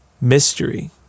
mystery